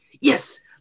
Yes